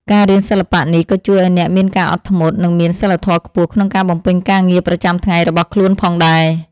ការរៀនសិល្បៈនេះក៏ជួយឱ្យអ្នកមានការអត់ធ្មត់ និងមានសីលធម៌ខ្ពស់ក្នុងការបំពេញការងារប្រចាំថ្ងៃរបស់ខ្លួនផងដែរ។